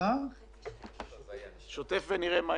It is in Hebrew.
זה